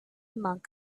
monk